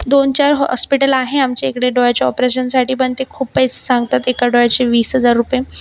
दोन चार हॉस्पिटल आहे आमच्याइकडे डोळ्याच्या ऑपरेशनसाठी पण ते खूप पैसे सांगतात एका डोळ्याचे वीस हजार रुपये